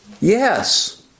Yes